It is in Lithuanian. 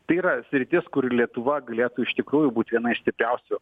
tai yra sritis kur lietuva galėtų iš tikrųjų būt viena iš stipriausių